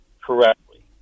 correctly